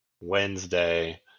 Wednesday